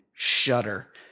Shudder